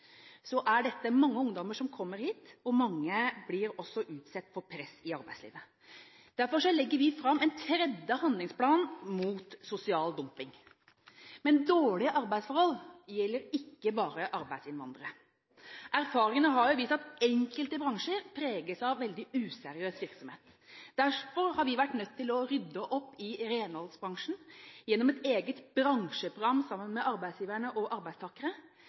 er det mange ungdommer som kommer hit, og mange blir også utsatt for press i arbeidslivet. Derfor legger vi fram en tredje handlingsplan mot sosial dumping. Dårlige arbeidsforhold gjelder ikke bare arbeidsinnvandrere. Erfaringene har vist at enkelte bransjer preges av veldig useriøs virksomhet. Derfor har vi vært nødt til å rydde opp i renholdsbransjen gjennom et eget bransjeprogram sammen med arbeidsgiverne og arbeidstakere